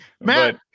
Matt